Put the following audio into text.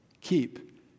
keep